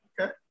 Okay